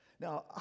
Now